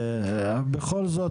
בכל זאת,